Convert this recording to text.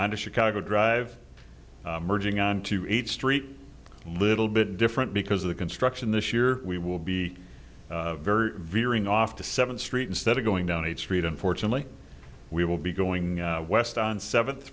on to chicago drive merging on to eight street little bit different because of the construction this year we will be very very off the seventh street instead of going down each street unfortunately we will be going west on seventh